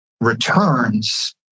returns